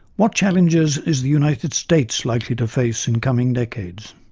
what challengers is the united states likely to face in coming decades?